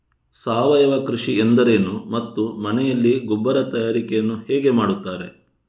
ಸಾವಯವ ಕೃಷಿ ಎಂದರೇನು ಮತ್ತು ಮನೆಯಲ್ಲಿ ಗೊಬ್ಬರ ತಯಾರಿಕೆ ಯನ್ನು ಹೇಗೆ ಮಾಡುತ್ತಾರೆ?